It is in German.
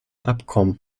abkommen